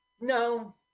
no